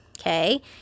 okay